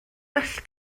well